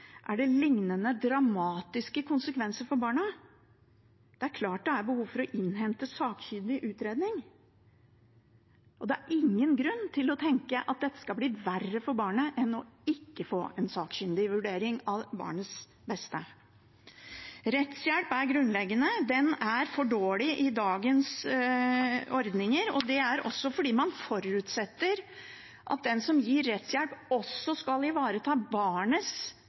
er det lignende dramatiske konsekvenser for barnet. Det er klart det er behov for å innhente en sakkyndig utredning. Det er ingen grunn til å tenke at dette skal bli verre for barnet enn det å ikke få en sakkyndig vurdering av barnets beste. Rettshjelp er grunnleggende. Den er for dårlig i dagens ordninger, og det er også fordi man forutsetter at den som gir rettshjelp, også skal ivareta barnets